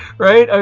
right?